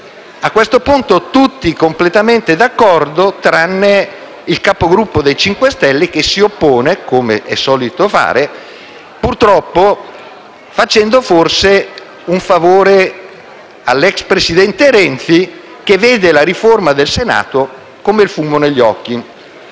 Tutti erano completamente d'accordo, tranne il Capogruppo del Movimento 5 Stelle, che si è opposto come è solito fare, purtroppo facendo forse un favore all'ex presidente Renzi, che vede la riforma del Senato come il fumo negli occhi.